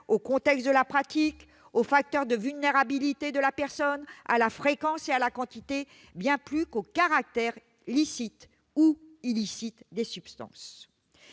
au contexte de la pratique, aux facteurs de vulnérabilité de la personne, à la fréquence et à la quantité, bien plus qu'au caractère licite ou illicite des substances.